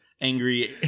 angry